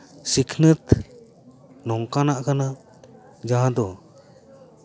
ᱥᱤᱠᱷᱱᱟᱹᱛ ᱱᱚᱝᱠᱟᱱᱟᱜ ᱠᱟᱱᱟ ᱡᱟᱦᱟᱸ ᱫᱚ